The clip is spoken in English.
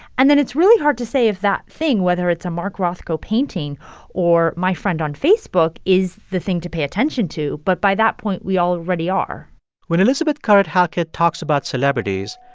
and then it's really hard to say if that thing whether it's a mark rothko painting or my friend on facebook is the thing to pay attention to. but by that point, we already are when elizabeth currid-halkett talks about celebrities,